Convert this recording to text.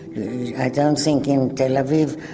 yeah i don't think in tel aviv,